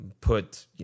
put